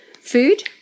food